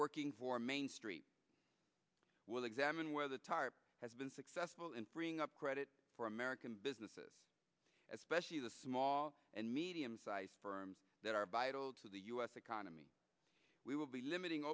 working for main street will examine where the tarp has been successful in freeing up credit for american businesses especially the small and medium sized firms that are bydel to the u s economy we will be limiting